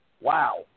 Wow